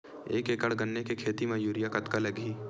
एक एकड़ गन्ने के खेती म यूरिया कतका लगही?